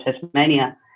Tasmania